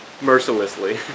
mercilessly